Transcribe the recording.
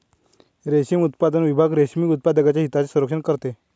रेशीम उत्पादन विभाग रेशीम उत्पादकांच्या हितांचे संरक्षण करते